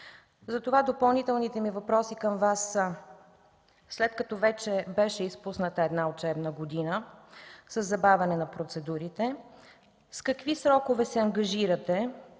Затова допълнителните ми въпроси към Вас са: след като вече беше изпусната една учебна година със забавяне на процедурите, с какви срокове се ангажирате